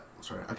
sorry